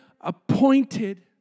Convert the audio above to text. appointed